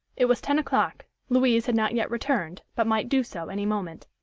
it was ten o'clock louise had not yet returned, but might do so any moment.